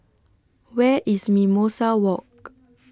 Where IS Mimosa Walk